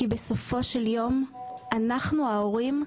כי בסופו של יום אנחנו ההורים,